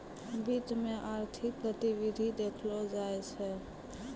वित्त मे आर्थिक गतिविधि देखलो जाय छै